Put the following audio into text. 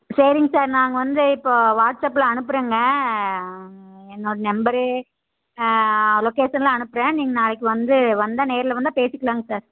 சரிங்க சார் நாங்கள் வந்து இப்போ வாட்ஸ் அப்பில் அனுப்புறேங்க ஆ என்னோட நம்பரு ஆ லொகேஷன்லாம் அனுப்புறேன் நீங்கள் நாளைக்கு வந்து வந்தால் நேரில் வந்தால் பேசிக்கலாங்க சார்